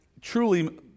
truly